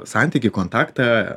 santykį kontaktą